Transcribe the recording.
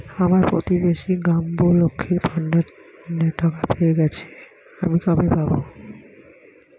আমার প্রতিবেশী গাঙ্মু, লক্ষ্মীর ভান্ডারের টাকা পেয়ে গেছে, আমি কবে পাব?